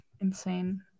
insane